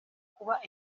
kuba